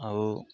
ଆଉ